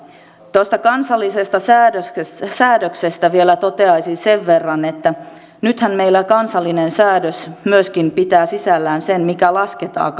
tuosta kansallisesta säädöksestä säädöksestä vielä toteaisin sen verran että nythän meillä kansallinen säädös myöskin pitää sisällään sen mikä lasketaan